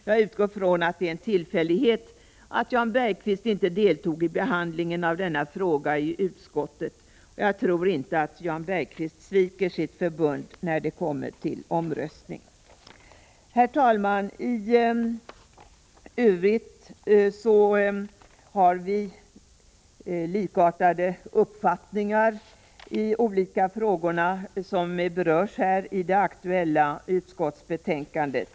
Jag utgår från att det är en tillfällighet att Jan Bergqvist inte deltog vid behandlingen av denna fråga i utskottet, och jag tror inte att Jan Bergqvist sviker sitt förbund när det kommer till omröstning. Herr talman! I övrigt har vi likartade uppfattningar i de olika frågor som berörs i det aktuella betänkandet.